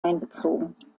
einbezogen